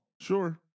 Sure